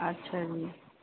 ਅੱਛਾ ਜੀ